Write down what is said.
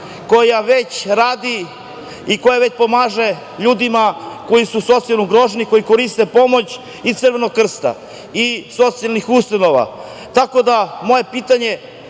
koja već radi i pomaže ljudima koji su socijalno ugroženi, koji koriste pomoć Crvenog Krsta i socijalnih ustanova. Tako da, moje pitanje